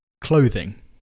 clothing